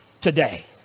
today